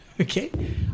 Okay